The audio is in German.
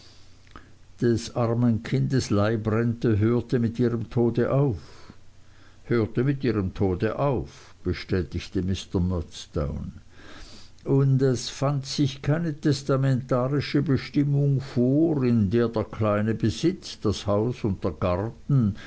des armen kindes leibrente hörte mit ihrem tode auf hörte mit ihrem tode auf bestätigte mr murdstone und es fand sich keine testamentarische bestimmung vor in der der kleine besitz das haus und der garten